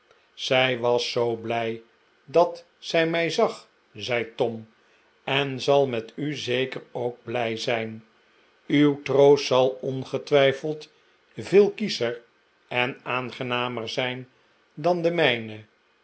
zij was zoo blij dat zij mij zag zei tom en zal met u zeker ook blij zijn uw troost zal ongetwijfeld veel kiescher en aangenamer zijn dan de mijne